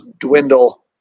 dwindle